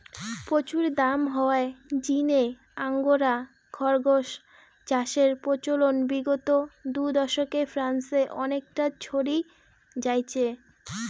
প্রচুর দাম হওয়ার জিনে আঙ্গোরা খরগোস চাষের প্রচলন বিগত দু দশকে ফ্রান্সে অনেকটা ছড়ি যাইচে